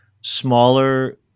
smaller